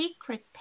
secret